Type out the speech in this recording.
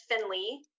Finley